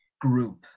group